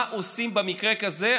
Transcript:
מה עושים במקרה כזה.